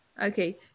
okay